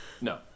No